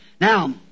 Now